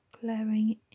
glaring